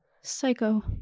Psycho